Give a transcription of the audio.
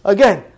Again